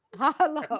Hello